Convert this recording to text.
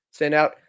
standout